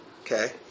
Okay